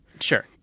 Sure